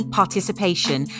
participation